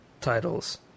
titles